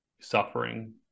suffering